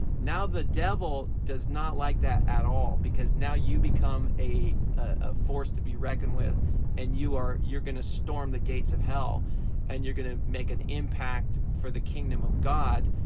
now the devil does not like that at all! because now you become a ah force to be reckoned with and you are your gonna storm the gates of hell and you're going to make an impact for the kingdom of god.